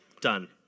Done